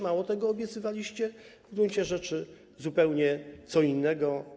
Mało tego, obiecywaliście w gruncie rzeczy zupełnie co innego.